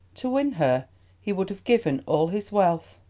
to win her he would have given all his wealth,